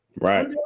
right